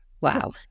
Wow